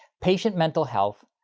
patient mental health,